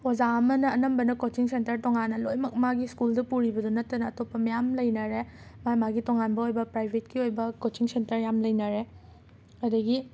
ꯑꯣꯖꯥ ꯑꯃꯅ ꯑꯅꯝꯕꯅ ꯀꯣꯆꯤꯡ ꯁꯦꯟꯇꯔ ꯇꯣꯉꯥꯟꯅ ꯂꯣꯏꯅꯃꯛ ꯃꯥꯒꯤ ꯁ꯭ꯀꯨꯜꯗ ꯄꯨꯔꯤꯕꯗꯨ ꯅꯠꯇꯅ ꯑꯇꯣꯞꯄ ꯃꯌꯥꯝ ꯂꯩꯅꯔꯦ ꯃꯥꯒꯤ ꯃꯥꯒꯤ ꯇꯣꯉꯥꯟꯕ ꯑꯣꯏꯕ ꯄ꯭ꯔꯥꯏꯕꯦꯠꯀꯤ ꯑꯣꯏꯕ ꯀꯣꯆꯤꯡ ꯁꯦꯟꯇꯔ ꯌꯥꯝꯅ ꯂꯩꯅꯔꯦ ꯑꯗꯒꯤ